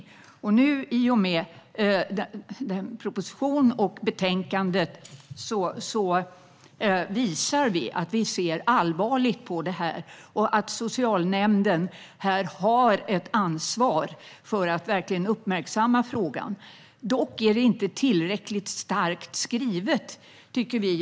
I och med den här propositionen och det här betänkandet visar vi att vi ser allvarligt på det här och att socialnämnden har ansvar för att uppmärksamma frågan. Det är dock inte tillräckligt starkt skrivet, tycker vi.